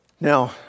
Now